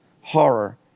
horror